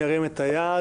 ירים את היד.